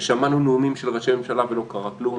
ושמענו נאומים של ראשי ממשלה ולא קרה כלום,